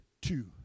two